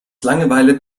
langeweile